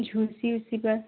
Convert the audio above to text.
झुरसी उरसी पर